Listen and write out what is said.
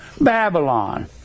Babylon